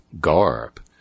garb